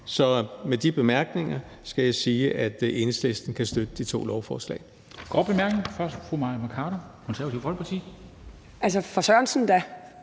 Så med de bemærkninger skal jeg sige, at Enhedslisten kan støtte de to lovforslag.